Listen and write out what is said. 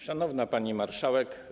Szanowna Pani Marszałek!